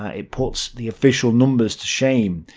ah it puts the official numbers to shame.